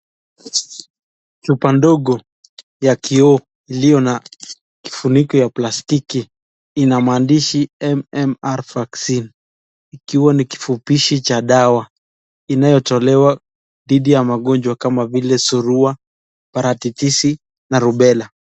Chupa ndogo ya kioo iliyo na kifuniko ya plastiki ina maandishi MMR vaccine ikiwa ni kifupishi cha dawa inayotolewa dhidi ya magonjwa kama vile suruwa, paratitisi na rubela.